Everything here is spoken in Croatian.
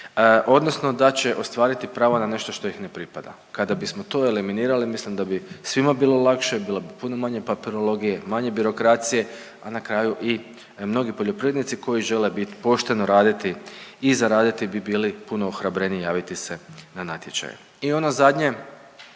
odnosno da će ostvariti pravo na nešto što ih ne pripada. Kada bismo to eliminirali mislim da bi svima bilo lakše, bilo bi puno manje papirologije, manje birokracije, a na kraju i mnogi poljoprivrednici koji žele biti, pošteno raditi i zaraditi bi bili puno ohrabreniji javiti se na natječaje. I ono zadnje